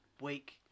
week